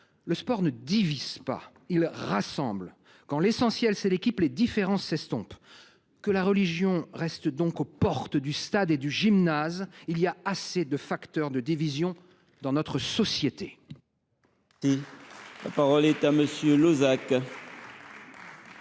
Le sport ne divise pas, il rassemble. Quand l’essentiel, c’est l’équipe, les différences s’estompent. Que la religion reste donc aux portes du stade et du gymnase, il y a assez de facteurs de division dans notre société ! La parole est à M. Jean